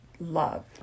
love